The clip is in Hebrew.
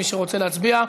מי שרוצה להצביע,